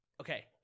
okay